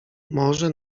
może